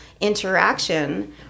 interaction